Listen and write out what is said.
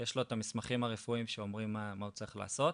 יש לו את המסמכים הרפואיים שאומרים מה הוא צריך לעשות,